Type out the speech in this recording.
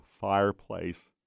fireplace